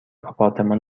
آپارتمان